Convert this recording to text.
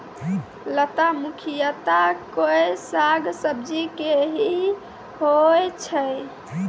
लता मुख्यतया कोय साग सब्जी के हीं होय छै